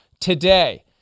today